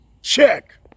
Check